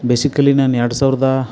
basically ನಾನು ಎರಡು ಸಾವಿರದ